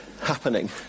happening